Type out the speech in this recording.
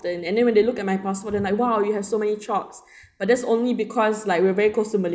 ~ten then and then when they look at my passport they're like !whoa! you have so many chops but that's only because like we're very close to malay~